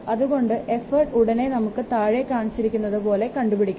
അതുകൊണ്ട് എഫോർട്ട് ഉടനെ നമുക്ക് താഴെ കാണിച്ചിരിക്കുന്നത് പോലെ കണ്ടുപിടിക്കാം